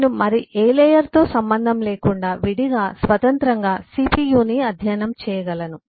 నేను మరే లేయర్ తో సంబంధం లేకుండా విడిగా స్వతంత్రంగా CPU ని అధ్యయనం చేయగలను